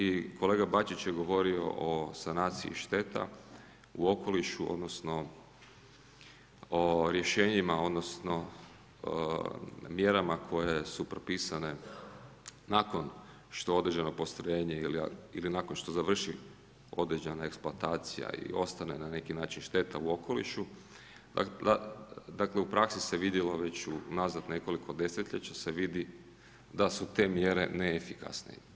I kolega Bačić je govorio o sanaciji šteta u okolišu odnosno o rješenjima odnosno o mjerama koje su propisane nakon što određeno postrojenje ili nakon što završi određena eksploatacija i ostane na neki način šteta u okolišu, dakle u praksi se vidjelo već unazad nekoliko desetljeća se vidi da su te mjere neefikasne.